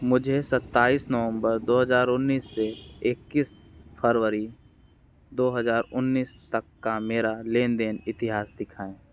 मुझे सत्ताईस नवम्बर दो हज़ार उन्नीस से इक्कीस फरवरी दो हज़ार उन्नीस तक का मेरा लेन देन इतिहास दिखाएँ